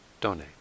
donate